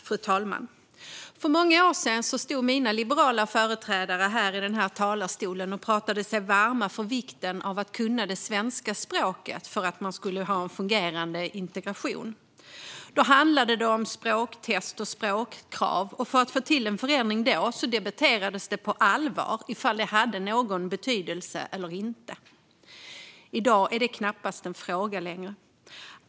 Fru talman! För många år sedan stod mina liberala företrädare i den här talarstolen och talade sig varma för vikten av att kunna svenska språket när det gäller fungerande integration. Då handlade det om språktest och språkkrav. För att man då skulle få till en förändring debatterades det på allvar ifall det hade någon betydelse eller inte. I dag är det knappt en fråga längre.